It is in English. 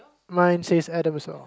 mine says Adam as well